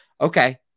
Okay